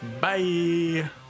bye